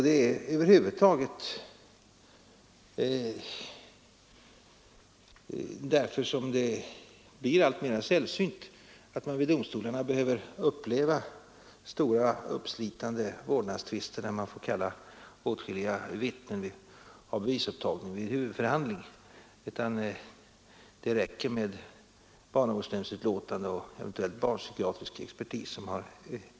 Det blir över huvud taget allt mera sällsynt att man vid domstolarna behöver uppleva stora uppslitande vårdnadstvister, där man kallar åtskilliga vittnen till bevisupptagning vid huvudförhandling, utan det räcker med barnavårdsnämndens utlåtande och eventuellt yttrande av barnpsykiatrisk expertis.